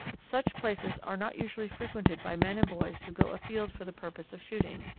such places are not usually frequented by men and boys who go afield for the purpose of shooting.